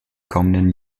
kommenden